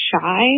shy